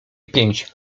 pięć